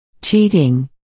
Cheating